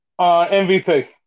MVP